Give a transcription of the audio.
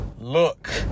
look